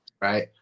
right